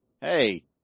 hey